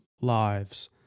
lives